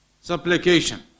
supplication